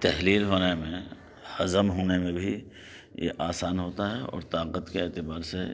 تحلیل ہونے میں ہضم ہونے میں بھی یہ آسان ہوتا ہے اور طاقت کے اعتبار سے